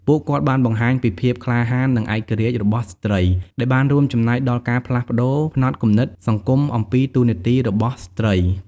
ពួកគាត់បានបង្ហាញពី ភាពក្លាហាន និងឯករាជ្យ របស់ស្ត្រី ដែលបានរួមចំណែកដល់ការផ្លាស់ប្តូរផ្នត់គំនិតសង្គមអំពីតួនាទីរបស់ស្ត្រី។